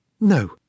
No